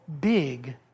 big